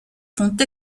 font